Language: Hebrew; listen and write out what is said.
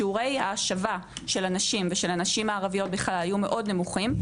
שיעוריי ההשבה של אנשים ושל הנשים הערביות בכלל היו מאוד נמוכים.